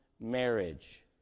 marriage